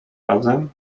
razem